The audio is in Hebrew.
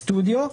סטודיו,